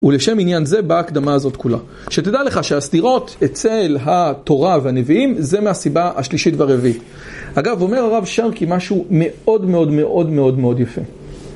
ולשם עניין זה, באה הקדמה הזאת כולה. שתדע לך שהסתירות אצל התורה והנביאים, זה מהסיבה השלישית והרביעית. אגב, אומר הרב שם כי משהו מאוד מאוד מאוד מאוד מאוד יפה.